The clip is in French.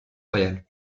royale